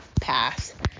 pass